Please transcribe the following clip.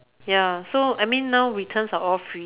ya so I mean now returns are all free